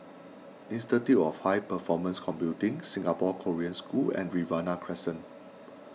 Institute of High Performance Computing Singapore Korean School and Riverina Crescent